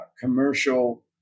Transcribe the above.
commercial